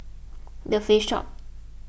the Face Shop